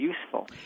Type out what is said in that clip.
useful